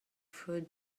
fruit